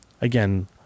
again